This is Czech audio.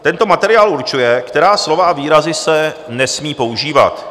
Tento materiál určuje, která slova a výrazy se nesmí používat.